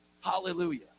Hallelujah